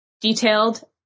detailed